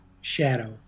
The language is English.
shadow